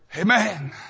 amen